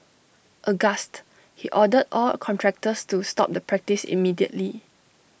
aghast he ordered all contractors to stop the practice immediately